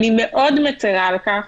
אני מאוד מצרה על כך